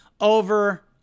over